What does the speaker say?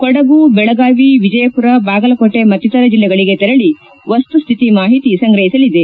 ಕೊಡಗು ಬೆಳಗಾವಿ ವಿಜಯಪುರ ಬಾಗಲಕೋಟೆ ಮತ್ತಿತರ ಜಿಲ್ಲೆಗಳಿಗೆ ತೆರಳಿ ವಸ್ತುಸ್ತಿತಿ ಮಾಹಿತಿ ಸಂಗ್ರಹಿಸಲಿದೆ